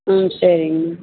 ம் சரிங்க மேம்